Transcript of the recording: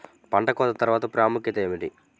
పంట కోత తర్వాత ప్రాముఖ్యత ఏమిటీ?